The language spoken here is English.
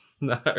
No